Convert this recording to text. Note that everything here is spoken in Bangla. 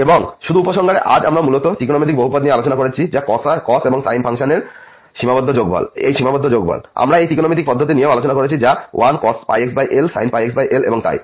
এবং শুধু উপসংহারে আজ আমরা মূলত ত্রিকোণমিতিক বহুপদ নিয়ে আলোচনা করেছি যা cos এবং সাইন ফাংশনের এই সীমাবদ্ধ যোগফল এবং আমরা সেই ত্রিকোণমিতিক পদ্ধতি নিয়েও আলোচনা করেছি যা 1cos πx lsin πxl এবং তাই